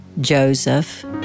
Joseph